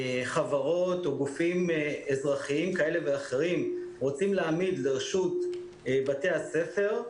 שחברות או גופים אזרחיים כאלה ואחרים רוצים להעמיד לרשות בתי הספר,